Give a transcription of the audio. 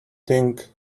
think